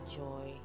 joy